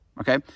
okay